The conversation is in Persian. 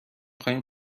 خواهیم